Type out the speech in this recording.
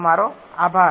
તમારો આભાર